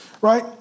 right